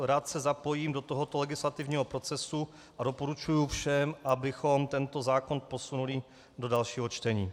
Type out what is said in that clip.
Rád se zapojím do legislativního procesu a doporučuji všem, abychom tento zákon posunuli do dalšího čtení.